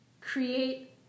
create